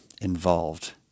involved